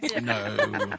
No